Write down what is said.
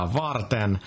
varten